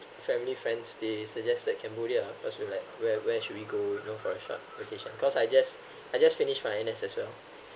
family friends they suggested cambodia cause we were like where where should we go you know for a short vacation cause I just I just finished my N_S as well